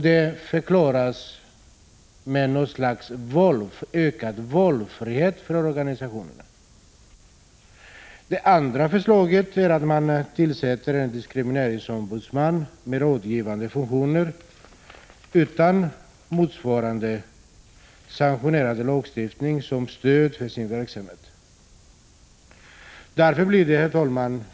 Detta förklaras med att den föreslagna ordningen ger ökad valfrihet för organisationerna. Det andra förslaget är tillsättandet av en diskrimineringsombudsman med rådgivande funktioner, utan motsvarande sanktionerande lagstiftning som stöd för hans verksamhet.